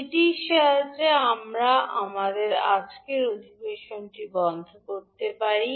এটির সাহায্যে আমরা আমাদের আজকের অধিবেশনটি বন্ধ করতে পারি